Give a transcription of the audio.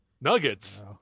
Nuggets